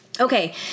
Okay